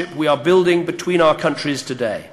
מזה אלף שנים פורחת ותוססת הקהילה היהודית בבריטניה,